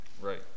Right